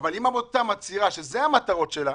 אבל אם עמותה מצהירה שאלה המטרות שלה,